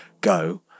go